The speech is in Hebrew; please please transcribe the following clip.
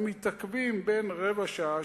הם מתעכבים בין רבע שעה,